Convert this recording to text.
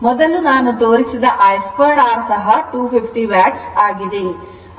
ಮೊದಲು ನಾನು ತೋರಿಸಿದ I 2 R ಸಹ 250 ವ್ಯಾಟ್ ಆಗಿದೆ